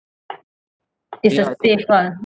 it's a safe ah